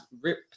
rip